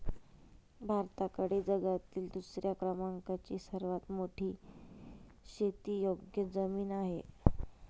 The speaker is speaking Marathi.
भारताकडे जगातील दुसऱ्या क्रमांकाची सर्वात मोठी शेतीयोग्य जमीन आहे